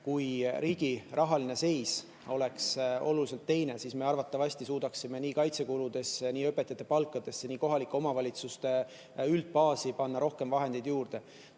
kui riigi rahaline seis oleks oluliselt teine, siis me arvatavasti suudaksime nii kaitsekuludesse, õpetajate palkadesse kui ka kohalike omavalitsuste üldbaasi panna rohkem vahendeid juurde.